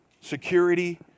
security